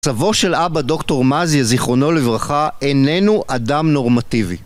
מצבו של אבא דוקטור מזיה זיכרונו לברכה איננו אדם נורמטיבי